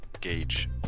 gauge